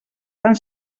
fan